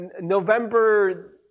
November